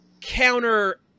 counter